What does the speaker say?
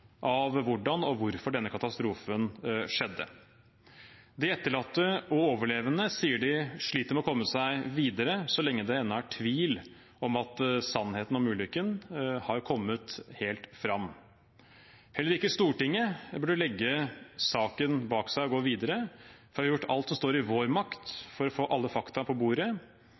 av hvordan og hvorfor denne katastrofen skjedde. De etterlatte og overlevende sier de sliter med å komme seg videre så lenge det ennå er tvil om at sannheten om ulykken har kommet helt fram. Heller ikke Stortinget burde legge saken bak seg og gå videre før vi har gjort alt som står i vår makt for å få alle fakta på bordet.